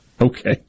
Okay